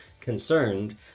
concerned